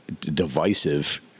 divisive